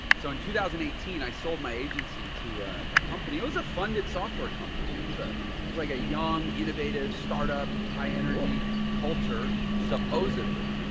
so in two thousand and eighteen, i sold my agency to a company. it was a funded software company. it was a, it was like a young, innovative startup, high energy culture, supposedly.